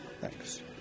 Thanks